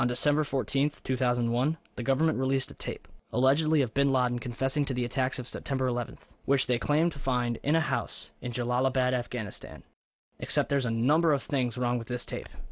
on december fourteenth two thousand and one the government released a tape allegedly of bin laden confessing to the attacks of september eleventh which they claim to find in a house in jalalabad afghanistan except there's a number of things wrong with this tape